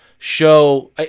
Show